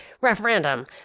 referendum